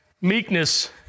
meekness